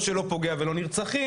או שלא פוגע ולא נרצחים,